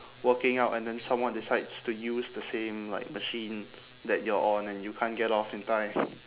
working out and then someone decides to use the same like machine that you're on and you can't get off in time